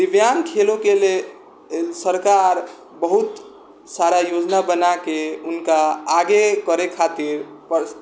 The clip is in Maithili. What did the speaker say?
दिव्याङ्ग खेलौ के ले लेल सरकार बहुत सारा योजना बनाके उनका आगे करै खातिर पर